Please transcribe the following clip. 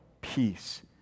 peace